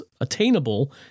attainable